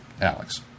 Alex